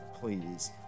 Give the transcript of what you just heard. please